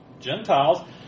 Gentiles